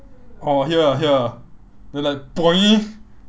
oh here here then like boing